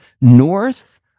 north